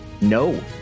No